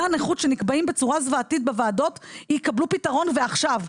הנכות שנקבעים בצורה זוועתית בוועדות יקבלו פתרון ועכשיו,